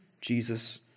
Jesus